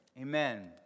amen